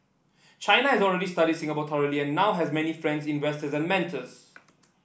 China has already study Singapore thoroughly now has many friends investor and mentors